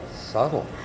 subtle